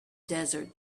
desert